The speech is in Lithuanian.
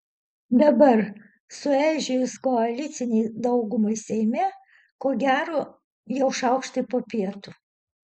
dabar sueižėjus koalicinei daugumai seime ko gera jau šaukštai po pietų